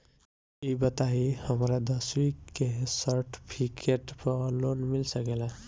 ई बताई हमरा दसवीं के सेर्टफिकेट पर लोन मिल सकेला?